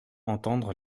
entendre